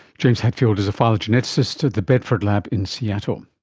james hadfield is a phylogeneticist at the bedford lab in seattle